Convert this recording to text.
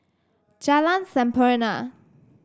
Jalan Sampurna